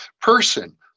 person